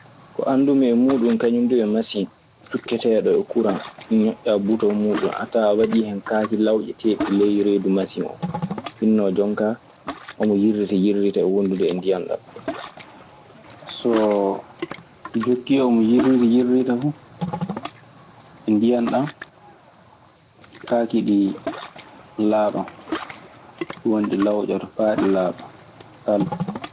Ko anndumi e muuɗum kañum duu yo masin tukketee ɗo e kuran ñoƴƴaa buton muuɗum. A tawan hen kaaki lawƴetee ɗi ley reedu masin o. Hinno jonkaa omo yirditoo; omo yirditoo wondude e ndiyam ɗam. Soo jokkii omo yirlita yirlita fuu ndiyan ɗan, kaake ɗii laaɓan. ɗun woni ɗi lawƴoto faa ɗi laaɓa tal.